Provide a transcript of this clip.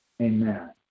Amen